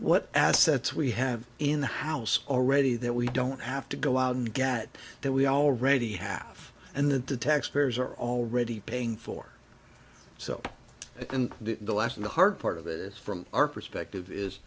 what assets we have in the house already that we don't have to go out and get that we already have and that the taxpayers are already paying for so and the lesson the hard part of it is from our perspective is